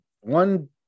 one